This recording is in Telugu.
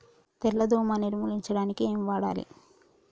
తెల్ల దోమ నిర్ములించడానికి ఏం వాడాలి?